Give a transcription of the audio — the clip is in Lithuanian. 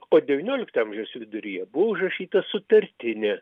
o devyniolikto amžiaus viduryje buvo užrašyta sutartinė